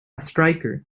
striker